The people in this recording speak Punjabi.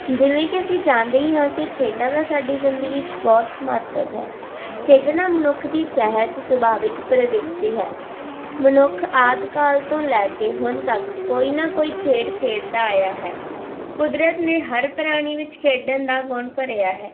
ਜਿਵੇਂ ਕਿ ਅਸੀਂ ਜਾਣਦੇ ਹੀ ਹਾਂ ਕਿ ਖੇਡਾਂ ਦਾ ਸਾਡੀ ਜ਼ਿੰਦਗੀ 'ਚ ਬਹੁਤ ਮਹੱਤਵ ਹੈ ਖੇਡਣਾ ਮਨੁੱਖ ਦੀ ਸਹਿਜ ਸੁਭਾਵਿਕ ਪ੍ਰਵਿਰਤੀ ਹੈ ਮਨੁੱਖ ਆਦਿ ਕਾਲ ਤੋਂ ਲੈ ਕੇ ਹੁਣ ਤੱਕ ਕੋਈ ਨਾ ਕੋਈ ਖੇਡ ਖੇਡਦਾ ਆਇਆ ਹੈ ਕੁਦਰਤ ਨੇ ਹਰ ਪ੍ਰਾਣੀ ਵਿੱਚ ਖੇਡਣ ਦਾ ਗੁਣ ਭਰਿਆ ਹੈ